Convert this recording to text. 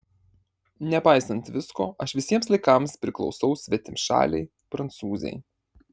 nepaisant visko aš visiems laikams priklausau svetimšalei prancūzei